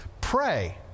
pray